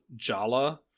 Jala